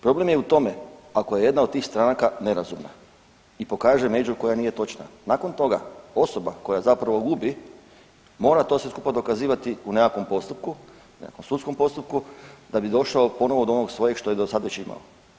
Problem je u tome ako je jedna od tih stranaka nerazumna i pokaže među koja nije točna, nakon toga osoba koja zapravo gubi mora to sve skupa dokazivati u nekakvom postupku, u nekakvom sudskom postupku da bi došao ponovo do onog svojeg što je dosad već imao.